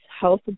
Health